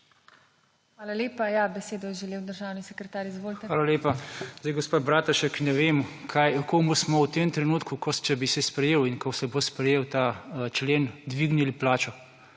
Hvala lepa. Ja, besedo je želel državni sekretar. Izvolite. **MAG. ROBERT CUGELJ:** Hvala lepa. Zdaj, gospa Bratušek, ne vem, kaj, komu smo v tem trenutku, če bi se sprejel in ko se bo sprejel ta člen, dvignili plačo.